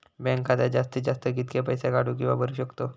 Bank खात्यात जास्तीत जास्त कितके पैसे काढू किव्हा भरू शकतो?